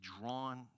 drawn